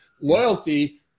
Loyalty